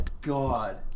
god